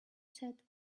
said